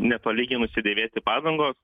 netolygiai nusidėvėti padangos